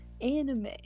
anime